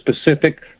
specific